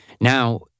Now